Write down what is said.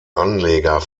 anleger